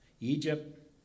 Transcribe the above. Egypt